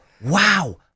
wow